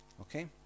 okay